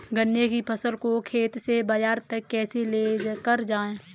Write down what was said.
गन्ने की फसल को खेत से बाजार तक कैसे लेकर जाएँ?